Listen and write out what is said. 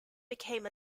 became